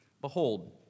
Behold